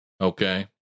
Okay